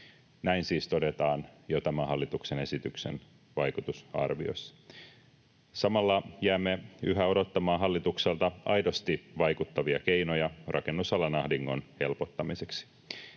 Näin siis todetaan jo tämän hallituksen esityksen vaikutusarvioissa. Samalla jäämme yhä odottamaan hallitukselta aidosti vaikuttavia keinoja rakennusalan ahdingon helpottamiseksi.